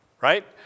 right